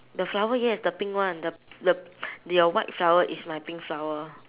the flower yes the pink one the the the your white flower is my pink flower